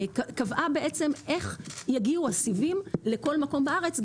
קבעה בעצם איך יגיעו הסיבים לכל מקום בארץ,